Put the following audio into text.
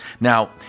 Now